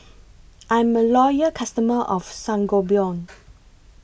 I'm A Loyal customer of Sangobion